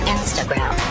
Instagram